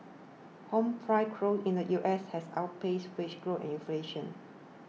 home price crow in the U S has outpaced wage growth and inflation